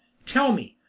tell me,